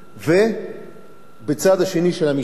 ובצד השני של המשוואה,